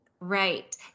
Right